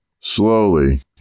slowly